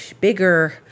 bigger